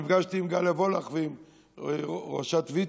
נפגשתי עם גליה וולך, ראשת ויצ"ו.